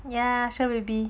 ya sure baby